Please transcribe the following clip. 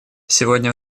сегодня